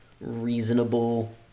reasonable